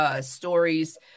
stories